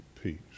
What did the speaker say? peace